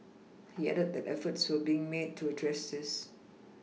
he added that efforts were being made to address this